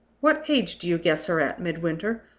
what age do you guess her at, midwinter?